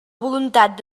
voluntat